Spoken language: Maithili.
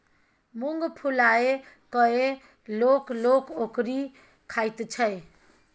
मुँग फुलाए कय लोक लोक ओकरी खाइत छै